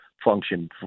function